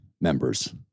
members